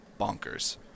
bonkers